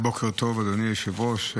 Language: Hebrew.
בוקר טוב, אדוני היושב-ראש.